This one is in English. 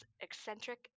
eccentric